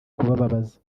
kubabaza